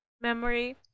memory